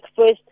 first